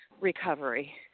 recovery